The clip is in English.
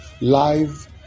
live